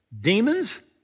Demons